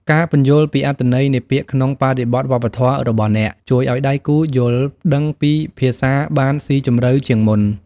ការពន្យល់ពីអត្ថន័យនៃពាក្យក្នុងបរិបទវប្បធម៌របស់អ្នក ជួយឱ្យដៃគូយល់ដឹងពីភាសាបានស៊ីជម្រៅជាងមុន។